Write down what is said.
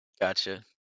Gotcha